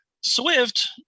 Swift